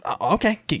Okay